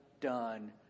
done